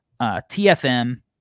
TFM